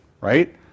right